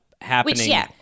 happening